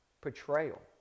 portrayal